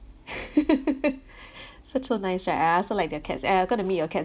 such a nice right I I also like their cats eh I'm going to meet your cats